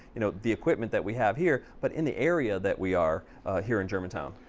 you know, the equipment that we have here but in the area that we are here in germantown.